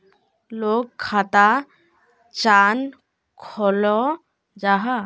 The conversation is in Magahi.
लोग खाता चाँ खोलो जाहा?